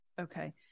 Okay